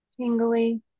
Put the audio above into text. tingly